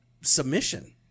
submission